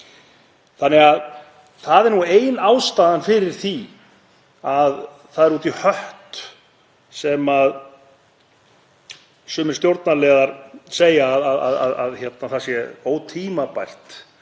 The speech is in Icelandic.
fjárfesta. Það er ein ástæðan fyrir því að það er út í hött sem sumir stjórnarliðar segja, að það sé ótímabært